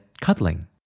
cuddling